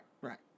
right